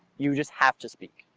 you just have to speak.